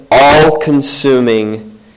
all-consuming